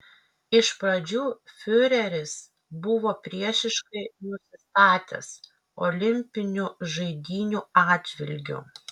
iš pradžių fiureris buvo priešiškai nusistatęs olimpinių žaidynių atžvilgiu